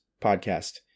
podcast